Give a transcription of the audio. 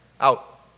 out